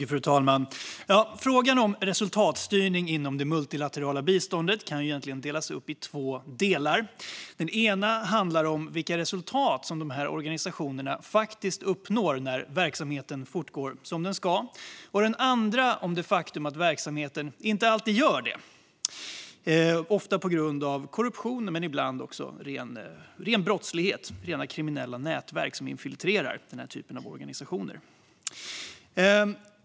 Fru talman! Frågan om resultatstyrning inom det multilaterala biståndet kan egentligen delas upp i två delar. Den ena handlar om vilka resultat organisationerna faktiskt uppnår när verksamheten fortgår som den ska. Den andra handlar om det faktum att verksamheten inte alltid gör det. Ofta beror det på korruption men ibland också på ren brottslighet genom kriminella nätverk som infiltrerar den typen av organisationer.